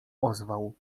ozwał